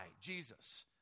Jesus